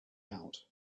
out